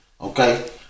Okay